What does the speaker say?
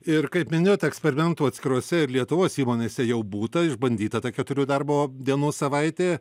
ir kaip minėjot eksperimentų atskirose ir lietuvos įmonėse jau būta išbandyta ta keturių darbo dienų savaitė